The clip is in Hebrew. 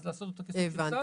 אז לעשות אותו כסעיף נפרד,